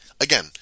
Again